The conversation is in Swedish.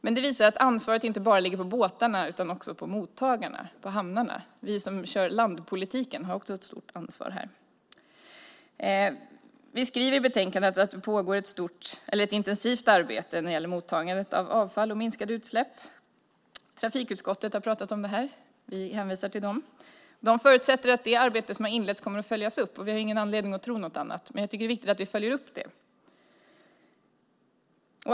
Men det visar att ansvaret inte bara ligger på båtarna utan också på mottagarna, på hamnarna. Vi som kör landpolitiken har ett stort ansvar också här. Vi skriver i betänkandet att det pågår ett intensivt arbete när det gäller mottagandet av avfall och minskade utsläpp. Trafikutskottet har pratat om det här. Vi hänvisar till dem. De förutsätter att det arbete som har inletts kommer att följas upp. Vi har ingen anledning att tro något annat, men jag tycker att det är viktigt att vi följer upp det.